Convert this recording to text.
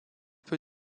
peu